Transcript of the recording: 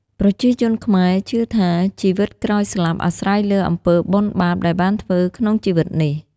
ប្រជាជនខ្មែរជឿថា ជីវិតក្រោយស្លាប់អាស្រ័យលើអំពើបុណ្យបាបដែលបានធ្វើក្នុងជីវិតនេះ។